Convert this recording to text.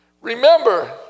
Remember